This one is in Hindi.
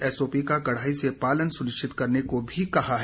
एसओपी का कड़ाई से पालन सुनिश्चित करने को भी कहा है